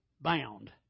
bound